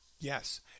yes